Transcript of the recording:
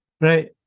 Right